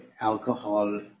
alcohol